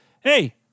hey